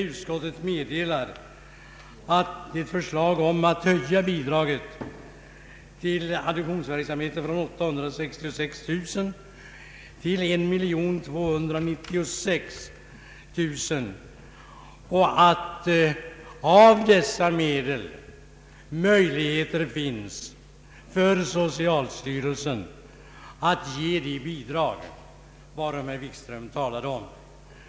Utskottet gör nämligen ett förslag om att höja bidraget för adoptionsverksamhet från 866 000 kronor till 1296 000 kronor och meddelar att av dessa medel möjligheter finns för socialstyrelsen att ge de bidrag varom herr Wikström talade.